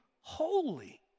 holy